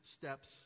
steps